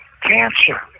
cancer